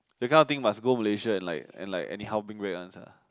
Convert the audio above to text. that kind of thing must go Malaysia and like and like anyhow bring back one sia